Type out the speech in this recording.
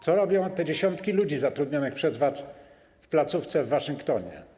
Co robią te dziesiątki ludzi zatrudnionych przez was w placówce w Waszyngtonie?